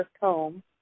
home